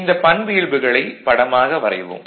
இந்த பண்பியல்புகளை படமாக வரைவோம்